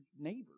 neighbors